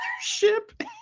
ship